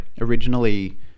originally